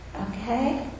Okay